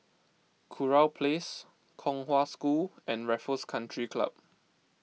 Kurau Place Kong Hwa School and Raffles Country Club